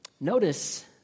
Notice